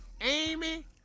Amy